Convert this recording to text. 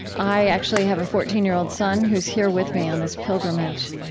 i actually have a fourteen year old son who's here with me on this pilgrimage,